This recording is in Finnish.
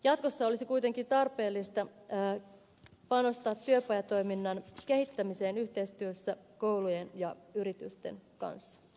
jatkossa olisi kuitenkin tarpeellista panostaa työpajatoiminnan kehittämiseen yhteistyössä koulujen ja yritysten kanssa